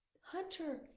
Hunter